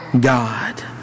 God